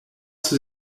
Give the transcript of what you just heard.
ses